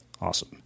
Awesome